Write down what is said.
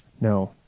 No